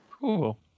Cool